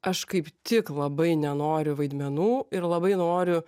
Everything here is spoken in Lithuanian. aš kaip tik labai nenoriu vaidmenų ir labai noriu